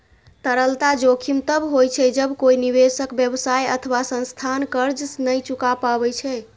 तरलता जोखिम तब होइ छै, जब कोइ निवेशक, व्यवसाय अथवा संस्थान कर्ज नै चुका पाबै छै